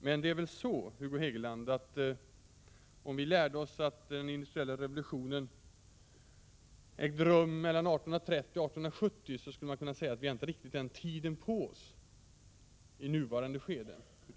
Men om vi lärde oss att den industriella revolutionen ägde rum mellan 1830 och 1870, så skulle man kunna säga att vi inte riktigt har den tiden på oss i nuvarande skede.